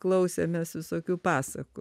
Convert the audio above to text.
klausėmės visokių pasakų